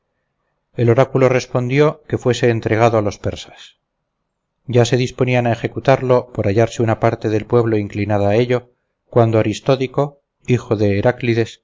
el oráculo respondió que fuese entregado a los persas ya se disponían a ejecutarlo por hallarse una parte del pueblo inclinada a ello cuando aristódico hijo de